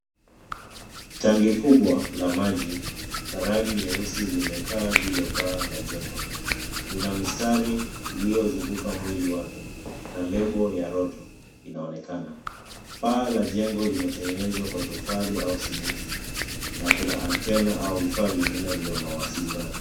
Tangi kubwa la maji, la rangi nyeusi limekaa juu ya paa la jengo. Lina mistari iliyozunguka mwili wake, na lebo ya Roto, inaonekana. Paa la jengo limetengenezwa kwa tofali au simiti, na kuna antenna au vifaa vingine vya mawasiliano.